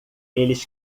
eles